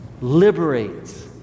liberates